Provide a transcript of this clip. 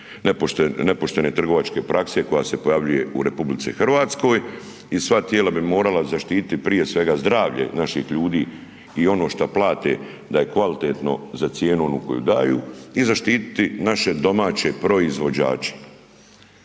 nepoštene trgovačke prakse koja se pojavljuje u RH. I sva tijela bi morala zaštiti prije svega zdravlje naših ljudi i ono što plate da je kvalitetno za cijenu onu koju daju i zaštititi naše domaće proizvođače.